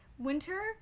Winter